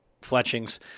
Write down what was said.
fletchings